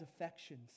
affections